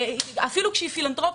אפילו כשהיא פילנתרופית,